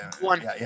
One